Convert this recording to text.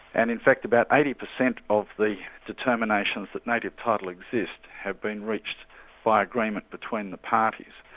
and in fact about eighty percent of the determinations that native title exists have been reached by agreement between the parties.